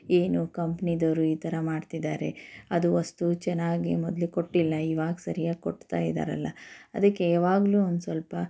ಏನು ಕಂಪ್ನಿದೋರು ಈ ಥರ ಮಾಡ್ತಿದ್ದಾರೆ ಅದು ವಸ್ತು ಚೆನ್ನಾಗಿ ಮೊದಲು ಕೊಟ್ಟಿಲ್ಲ ಇವಾಗ ಸರಿಯಾಗಿ ಕೊಡ್ತಾ ಇದ್ದಾರಲ್ಲ ಅದಕ್ಕೆ ಯಾವಾಗಲೂ ಒಂದು ಸ್ವಲ್ಪ